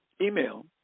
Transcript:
email